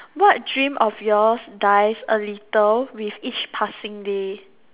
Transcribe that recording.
what dreams of yours dies a little with each passing day